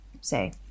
say